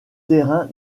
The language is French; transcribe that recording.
terrain